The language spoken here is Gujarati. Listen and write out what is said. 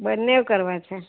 બંને કરવા છે